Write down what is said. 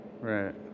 right